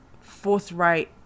forthright